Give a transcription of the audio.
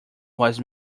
was